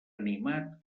animat